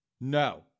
No